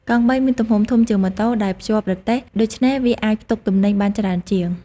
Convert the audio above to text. កង់បីមានទំហំធំជាងម៉ូតូដែលភ្ជាប់រទេះ ដូច្នេះវាអាចផ្ទុកទំនិញបានច្រើនជាង។